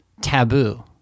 taboo